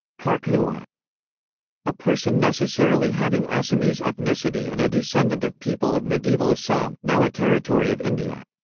kharkhuwa a person necessarily having assamese ethnicity and a descendant of people of medieval assam, now a territory of india.